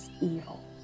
evil